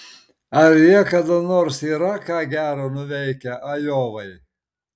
ar jie kada nors yra ką gera nuveikę ajovai